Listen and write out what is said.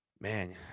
man